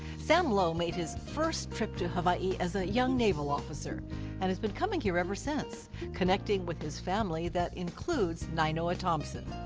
sam low made his first trip to hawaii as a young naval officer, and has been coming here ever since, connecting with his family that includes nainoa thompson.